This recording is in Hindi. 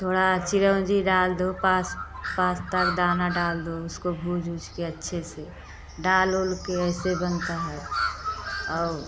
थोड़ा चिरौंजी डाल दो पास्ता का दाना डाल दो उसको भून ऊज के अच्छे से डाल ओल के ऐसे बनता है और